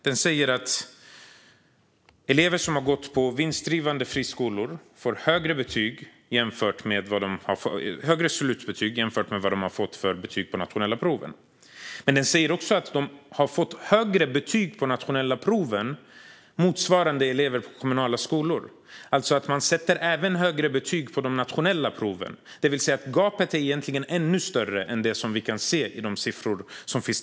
Den säger att elever som har gått på vinstdrivande friskolor får högre slutbetyg jämfört med deras betyg på de nationella proven. Men den säger också att de har fått högre betyg på de nationella proven än motsvarande elever på kommunala skolor har fått. Man sätter även högre betyg på de nationella proven. Gapet är alltså egentligen ännu större än det vi kan se utifrån de tillgängliga siffrorna.